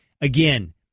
again